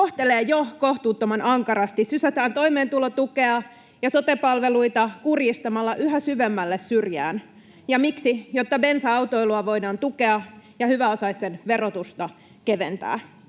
kohtelee jo kohtuuttoman ankarasti, sysätään toimeentulotukea ja sote-palveluita kurjistamalla yhä syvemmälle syrjään, ja miksi? Jotta bensa-autoilua voidaan tukea ja hyväosaisten verotusta keventää.